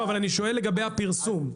אני שואל לגבי הפרסום.